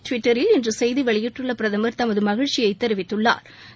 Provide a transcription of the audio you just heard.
டுவிட்டரில் இன்று செய்தி வெளியிட்டுள்ள பிரதமர் தனது மகிழ்ச்சியை இதுதொடர்பாக தெரிவித்துள்ளார்